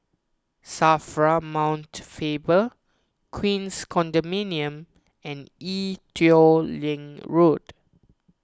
Safra Mount Faber Queens Condominium and Ee Teow Leng Road